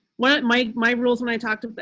what my my rules when i talk to but